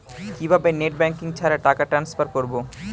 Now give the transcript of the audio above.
কিভাবে net banking ছাড়া টাকা টান্সফার করব?